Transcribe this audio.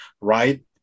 right